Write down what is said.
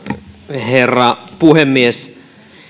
herra puhemies